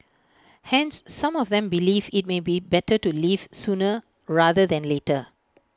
hence some of them believe IT may be better to leave sooner rather than later